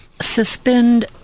suspend